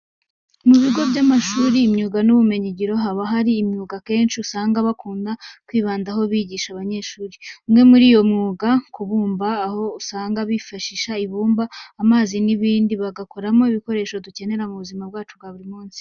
Mu bigo by'amashuri y'imyuga n'ubumenyingiro haba hari imyuga akenshi usanga bakunda kwibandaho bigisha abanyeshuri. Umwe muri yo ni uwo kubumba, aho usanga bifashisha ibumba, amazi n'ibindi bagakoramo ibikoresho dukenera mu buzima bwacu bwa buri munsi.